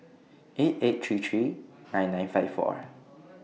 eight eight three three nine nine five four